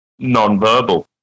non-verbal